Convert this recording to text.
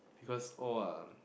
because all are